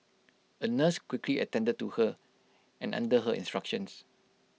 A nurse quickly attended to her and under her instructions